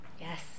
Yes